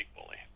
equally